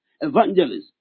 evangelists